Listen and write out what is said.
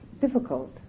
difficult